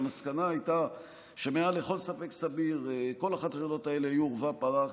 והמסקנה הייתה שמעל לכל ספק סביר כל החשדות האלה היו עורבא פרח,